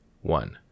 one